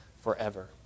forever